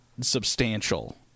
substantial